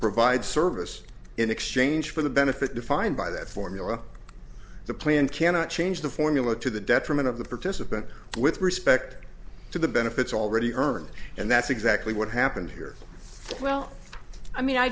service in exchange for the benefit defined by that formula the plan cannot change the formula to the detriment of the participant with respect to the benefits already earned and that's exactly what happened here well i mean i